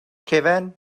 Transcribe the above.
cefn